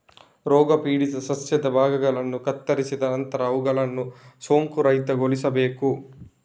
ರೋಗಪೀಡಿತ ಸಸ್ಯದ ಭಾಗಗಳನ್ನು ಕತ್ತರಿಸಿದ ನಂತರ ಅವುಗಳನ್ನು ಸೋಂಕುರಹಿತಗೊಳಿಸಬೇಕು